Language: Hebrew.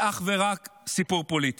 זה אך ורק סיפור פוליטי.